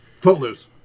Footloose